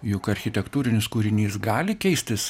juk architektūrinis kūrinys gali keistis